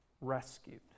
rescued